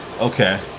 Okay